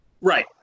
Right